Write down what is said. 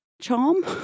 charm